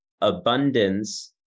abundance